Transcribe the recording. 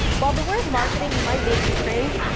while the word marketing might make you cringe,